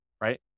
right